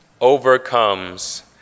overcomes